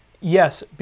Yes